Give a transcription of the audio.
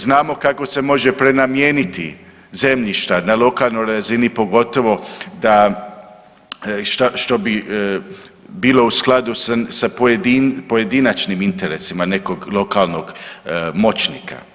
Znamo kako se može prenamijeniti zemljišta, na lokalnoj razini pogotovo, da, što bi bilo u skladu s pojedin, pojedinačnim interesima nekog lokalnog moćnika.